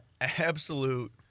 absolute